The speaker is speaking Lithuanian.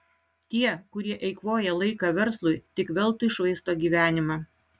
tie kurie eikvoja laiką verslui tik veltui švaisto gyvenimą